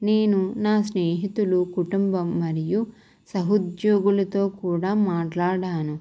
నేను నా స్నేహితులు కుటుంబం మరియు సహుద్యోగులతో కూడా మాట్లాడాను